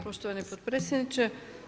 Poštovani potpredsjedniče.